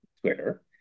Twitter